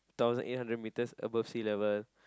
thousand eight hundred metres above sea level